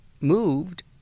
moved